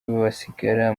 basigara